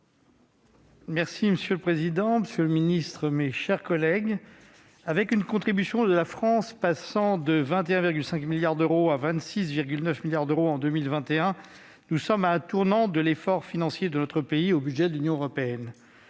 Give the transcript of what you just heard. Joly. Monsieur le président, monsieur le secrétaire d'État, mes chers collègues, avec une contribution annuelle de la France passant de 21,5 milliards d'euros à 26,9 milliards d'euros, nous sommes à un tournant dans l'effort financier de notre pays au budget de l'Union européenne.